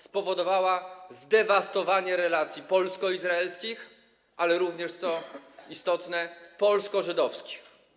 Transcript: Spowodowała ona zdewastowanie relacji polsko-izraelskich, ale również, co istotne, polsko-żydowskich.